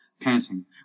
panting